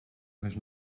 més